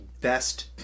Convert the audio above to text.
best